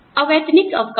अवैतनिक अवकाश